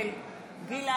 מצביעה עבד אל חכים חאג' יחיא,